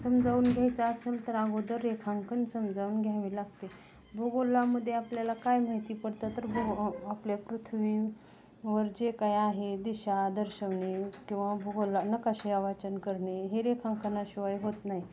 समजावून घ्यायचा असेल तर अगोदर रेखांकन समजावून घ्यावे लागते भूगोलामध्ये आपल्याला काय माहिती पडतं तर भूगोल आपल्या पृथ्वीवर जे काय आहे दिशा दर्शवणे किंवा भूगोल नकाशा वाचन करणे हे रेखांकनाशिवाय होत नाही